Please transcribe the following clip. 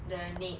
the nate